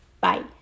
Bye